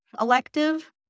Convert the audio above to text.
elective